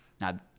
Now